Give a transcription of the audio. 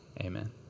Amen